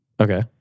Okay